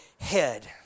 head